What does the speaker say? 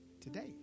today